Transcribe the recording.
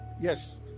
Yes